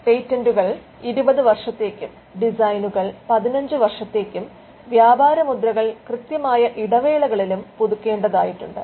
പേറ്റന്റുകൾ 20 വർഷത്തേക്കും ഡിസൈനുകൾ 15 വർഷത്തേക്കും വ്യാപാരമുദ്രകൾ കൃത്യമായ ഇടവേളകളിലും പുതുക്കേണ്ടതായിത്തുണ്ട്